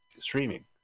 streaming